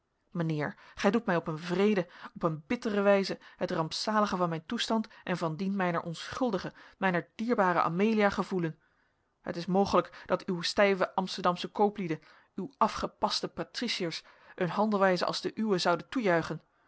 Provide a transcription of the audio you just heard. mijnheer gij doet mij op een wreede op een bittere wijze het rampzalige van mijn toestand en van dien mijner onschuldige mijner dierbare amelia gevoelen het is mogelijk dat uw stijve amsterdamsche kooplieden uw afgepaste patriciërs een handelwijze als de uwe zouden toejuichen